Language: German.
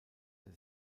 der